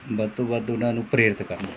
ਵੱਧ ਤੋਂ ਵੱਧ ਉਹਨਾਂ ਨੂੰ ਪ੍ਰੇਰਿਤ ਕਰਨ